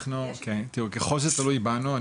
ככל שזה תלוי בנו,